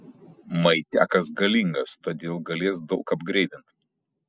maitiakas galingas todėl galės daug apgreidint